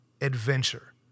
adventure